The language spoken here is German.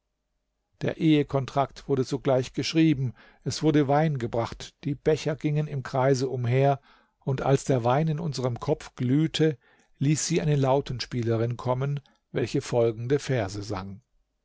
der ehekontrakt wurde sogleich geschrieben es wurde wein gebracht die becher gingen im kreise umher und als der wein in unserem kopf glühte ließ sie eine lautenspielerin kommen welche folgende verse sang